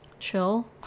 chill